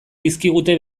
dizkigute